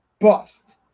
bust